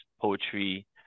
poetry